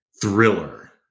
thriller